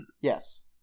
yes